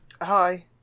Hi